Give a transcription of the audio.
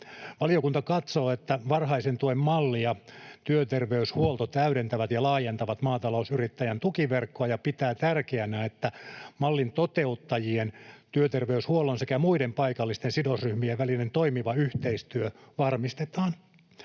Valiokunta katsoo, että varhaisen tuen malli ja työterveyshuolto täydentävät ja laajentavat maatalousyrittäjän tukiverkkoa, ja pitää tärkeänä, että mallin toteuttajien, työterveyshuollon sekä muiden paikallisten sidosryhmien välinen toimiva yhteistyö varmistetaan.